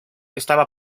estaba